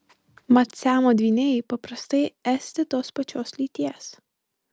mat siamo dvyniai paprastai esti tos pačios lyties